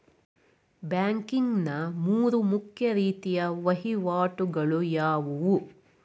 Banking ನ ಮೂರು ಮುಖ್ಯ ರೀತಿಯ ವಹಿವಾಟುಗಳು ಯಾವುವು?